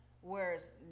whereas